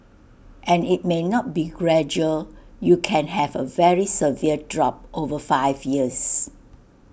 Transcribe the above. and IT may not be gradual you can have A very severe drop over five years